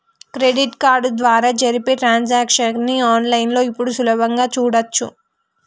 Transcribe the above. credit card ద్వారా జరిపే transactions ని ఆన్ లైన్ లో ఇప్పుడు సులభంగా చూడచ్చు